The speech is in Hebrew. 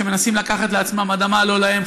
שמנסים לקחת לעצמם אדמה לא להם,